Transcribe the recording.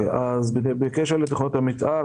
בקשר לתכניות המתאר.